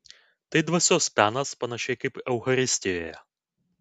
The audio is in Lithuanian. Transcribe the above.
tai dvasios penas panašiai kaip eucharistijoje